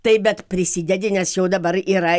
taip bet prisidedi nes jau dabar yra